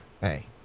hey